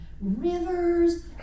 rivers